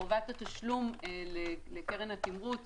חובת התשלום לקרן התמרוץ